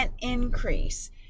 increase